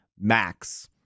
Max